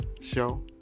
show